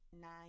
nine